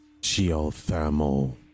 geothermal